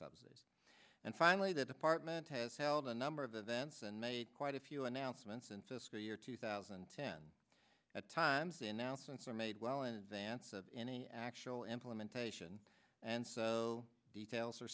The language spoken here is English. subsidies and finally the department has held a number of events and made quite a few announcements and fiscal year two thousand and ten at times and now since i made well in advance of any actual implementation and so details